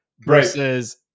versus